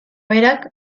berak